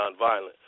nonviolent